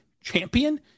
champion